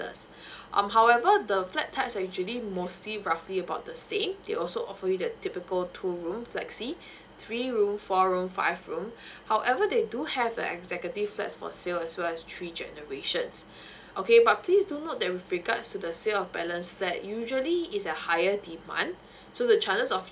um however the flat types are usually mostly roughly about the same they also offer you the typical two room flexi three room four room five room however they do have the executive flats for sale as well as three generations okay but please do note that with regards to the sales of balance flat usually it's a higher demand so the chances of